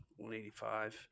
185